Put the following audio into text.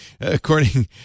according